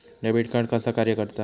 Debit card कसा कार्य करता?